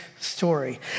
story